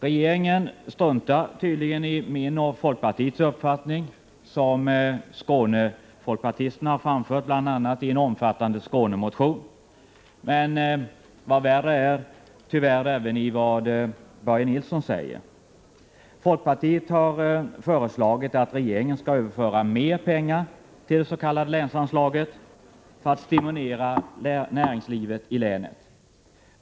Regeringen struntar tydligen i min och folkpartiets uppfattning, framförd bl.a. i en synnerligen omfattande Skånemotion, men, vad värre är, struntar man även i vad Börje Nilsson säger. Folkpartiet har föreslagit att regeringen skall överföra mer pengar till det s.k. länsanslaget för att stimulera näringslivet i länet.